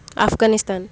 Afghanistan